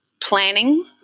planning